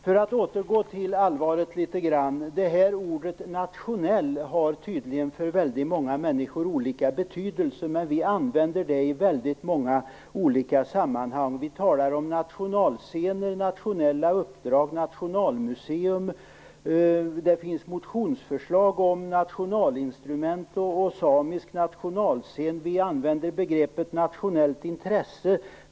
För att litet grand återgå till allvaret har ordet "nationell" tydligen olika betydelse för väldigt många människor. Vi använder det i många olika sammanhang. Vi talar om nationalscener, nationella uppdrag och nationalmuseum. Det finns motionsförslag om nationalinstrument och samisk nationalscen. Vi använder begreppet "nationellt intresse".